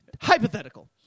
Hypothetical